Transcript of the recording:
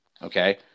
Okay